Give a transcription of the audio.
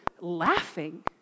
laughing